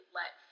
let